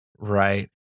Right